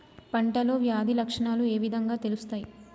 పంటలో వ్యాధి లక్షణాలు ఏ విధంగా తెలుస్తయి?